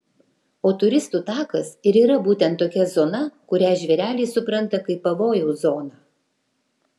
o turistų takas ir yra būtent tokia zona kurią žvėreliai supranta kaip pavojaus zoną